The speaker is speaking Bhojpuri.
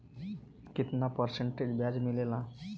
कितना परसेंट ब्याज मिलेला?